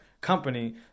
company